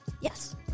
yes